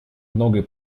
многое